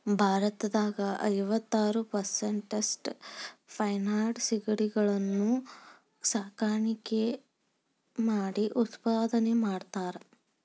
ಭಾರತದಾಗ ಐವತ್ತಾರ್ ಪೇರಿಸೆಂಟ್ನಷ್ಟ ಫೆನೈಡ್ ಸಿಗಡಿಗಳನ್ನ ಸಾಕಾಣಿಕೆ ಮಾಡಿ ಉತ್ಪಾದನೆ ಮಾಡ್ತಾರಾ